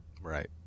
right